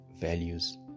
values